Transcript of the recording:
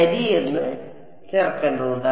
ശരി എന്ന് ചേർക്കേണ്ടതുണ്ട്